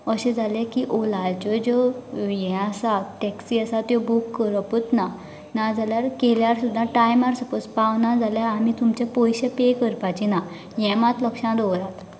अशें जालें की ओलाच्यो ज्यो हें आसा टॅक्सी आसा त्यो बूक करपूच ना नाजाल्यार केल्यार सुद्दां टायमार सपोज पावना जाल्यार आमी तुमचे पयशे पे करपाची ना हें मात लक्षांत दवरात